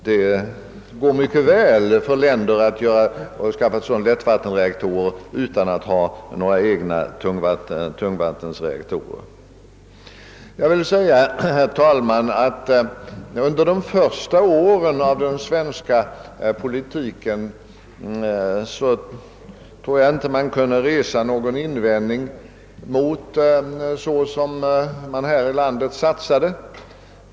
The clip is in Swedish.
Det går mycket väl för ett land att skaffa sig lättvattenreaktorer utan att ha egna tungvattenreaktorer. Under den svenska atompolitikens första år tror jag inte att man kunde resa några invändningar mot de satsningar som gjordes.